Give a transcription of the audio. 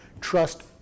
Trust